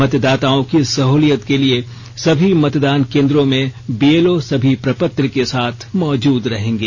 मतदाताओं की सहूलियत के लिए सभी मतदान केंद्रों में बीएलओ सभी प्रपत्र के साथ मौजूद रहेंगे